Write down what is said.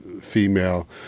female